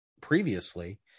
previously